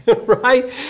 right